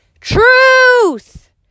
truth